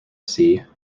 sea